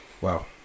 Wow